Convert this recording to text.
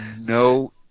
no